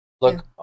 look